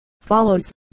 follows